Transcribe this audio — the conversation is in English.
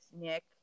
Nick